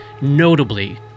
notably